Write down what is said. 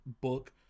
book